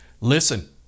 Listen